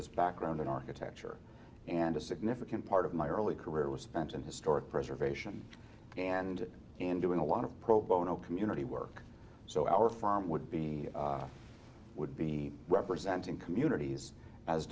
this background in architecture and a significant part of my early career was spent in historic preservation and in doing a lot of pro bono community work so our farm would be would be representing communities as